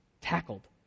tackled